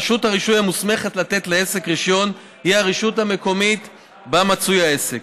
רשות הרישוי המוסמכת לתת לעסק רישיון היא הרשות המקומית שבה מצוי העסק.